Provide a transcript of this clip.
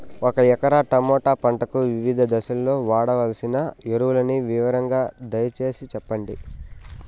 ఒక ఎకరా టమోటా పంటకు వివిధ దశల్లో వాడవలసిన ఎరువులని వివరంగా దయ సేసి చెప్పండి?